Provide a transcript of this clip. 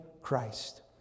Christ